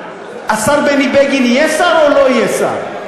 השר בני בגין יהיה שר או לא יהיה שר?